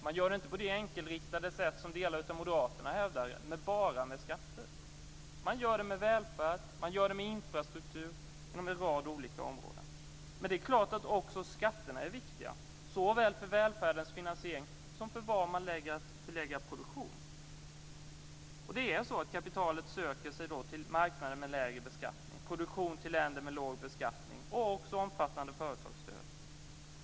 Man gör det inte på det enkelriktade sätt som delar av Moderaterna hävdar, med bara skatter. Man gör det med välfärd och med infrastruktur inom en rad olika områden. Men det är klart att också skatterna är viktiga, såväl för välfärdens finansiering som för var man väljer att förlägga produktion. Det är så att kapitalet söker sig till marknader med lägre beskattning och produktion till länder med låg beskattning och också omfattande företagsstöd.